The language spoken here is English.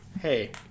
Hey